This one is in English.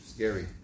scary